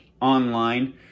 online